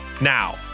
Now